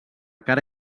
cara